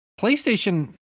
PlayStation